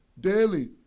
daily